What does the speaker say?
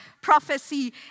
prophecy